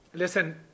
Listen